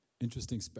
interesting